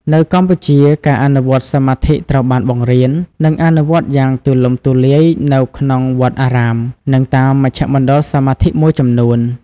នៅកម្ពុជា ការអនុវត្តន៍សមាធិត្រូវបានបង្រៀន និងអនុវត្តយ៉ាងទូលំទូលាយនៅក្នុងវត្តអារាម និងតាមមជ្ឈមណ្ឌលសមាធិមួយចំនួន។